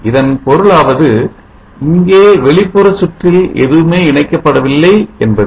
இதன் பொருளாவது இங்கே வெளிப்புற சுற்றில் எதுவுமே இணைக்கப்படவில்லை என்பது